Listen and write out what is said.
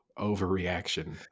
overreaction